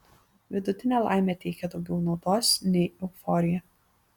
vidutinė laimė teikia daugiau naudos nei euforija